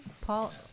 Paul